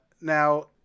now